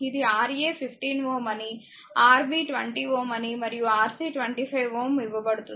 ఇది Ra 15 Ω అని Rb 20 Ω మరియు Rc 25Ω ఇవ్వబడుతుంది